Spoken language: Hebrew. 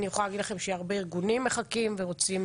הרבה ארגונים מחכים ורוצים